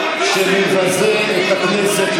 שמבזה את הכנסת,